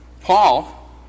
Paul